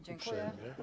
Dziękuję.